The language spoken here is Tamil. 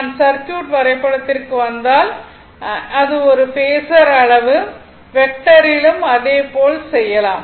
நான் சர்க்யூட் வரைபடத்திற்கு வந்தால் அது ஒரு பேஸர் அளவு வெக்டரிலும் அதே போல செய்யலாம்